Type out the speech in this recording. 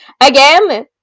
again